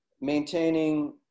maintaining